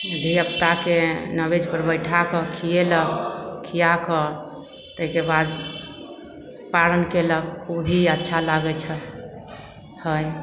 धिआपुताके नैवेद्यपर बैठाके खिएलक खिआकऽ ताहिके बाद पारण कएलक ओ भी अच्छा लागै छै हइ